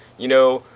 you know,